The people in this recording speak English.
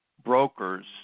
brokers